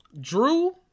Drew